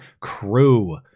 crew